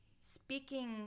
speaking